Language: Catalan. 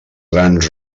grans